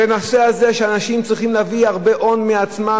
והנושא הזה שאנשים צריכים להביא הרבה הון מעצמם